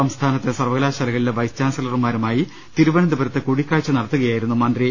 സംസ്ഥാനത്തെ സർവകലാശാലകളിലെ വൈസ് ചാൻസലർമാരുമായി തിരുവനന്തപുരത്ത് കൂടിക്കാഴ്ച നടത്തുകയായിരുന്നു മന്ത്രി